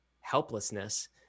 helplessness